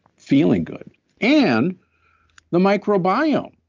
feeling good and the microbiome,